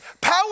Power